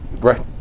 right